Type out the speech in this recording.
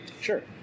Sure